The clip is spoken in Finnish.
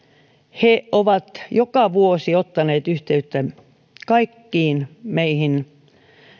he ovat joka vuosi ottaneet yhteyttä kaikkiin meihin